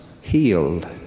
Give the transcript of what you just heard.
healed